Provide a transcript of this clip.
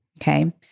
Okay